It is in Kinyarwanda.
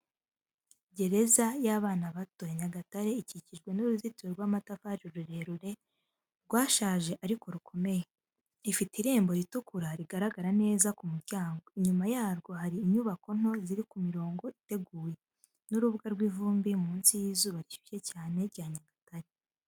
Gereza y’abana bato ya Nyagatare ikikijwe n'uruzitiro rw’amatafari rurerure, rwashaje ariko rukomeye, ifite irembo ritukura rigaragara neza ku muryango, inyuma yarwo hari inyubako nto ziri ku mirongo iteguye, n’urubuga rw’ivumbi munsi y’izuba rishyushye cyane rya Nyagatare.